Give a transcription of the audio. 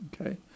Okay